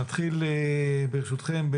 ברשותכם,